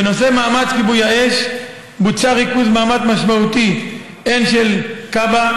בנושא מאמץ כיבוי האש בוצע ריכוז מאמץ משמעותי הן של כב"א,